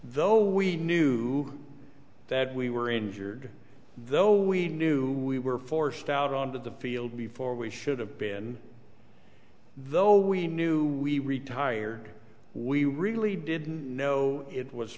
though we knew that we were injured though we knew we were forced out onto the field before we should have been though we knew we retired we really didn't know it was